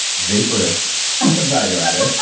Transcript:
vaporous value added.